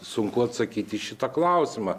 sunku atsakyti į šitą klausimą